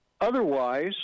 Otherwise